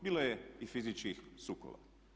Bilo je i fizičkih sukoba.